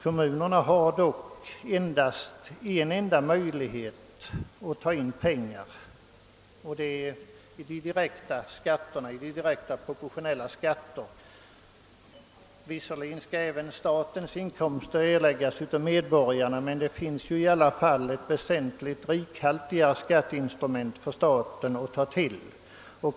Dessa har dock endast en möjlighet att ta in pengar — via direkta proportionella skatter. Visserligen skall även statens inkomster betalas av medborgarna, men staten har väsentligt större möjligheter än kommunerna att få in skatteinkomster.